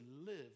live